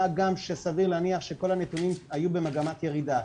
מה גם שסביר להניח שכל הנתונים היו במגמת ירידה.